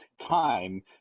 time